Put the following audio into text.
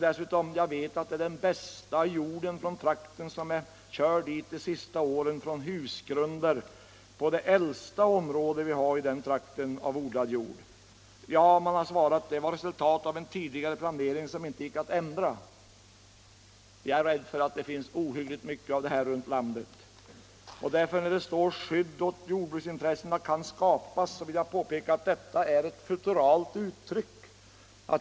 Dessutom vet jag att det är den bästa jorden från trakten som körts ut de senaste åren från husgrunder på det äldsta område av odlad jord som vi har i den trakten. Man har förklarat att det var ett resultat av en tidigare planering som inte gick att ändra. Jag är rädd för att det finns ohyggligt mycket av sådant runt om i landet. När det står att ”ett skydd för jordbruksintressena kan skapas” vill jag påpeka att detta är ett futuralt uttryck.